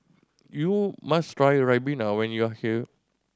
you must try ribena when you are here